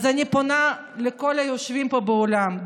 אז אני פונה לכל היושבים פה באולם.